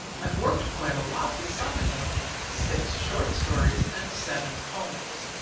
i have worked quite a lot this summer though six short stories and seven poems.